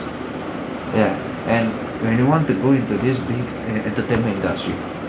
ya and when you want to go into this bi~ eh entertainment industry